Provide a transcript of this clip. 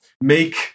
make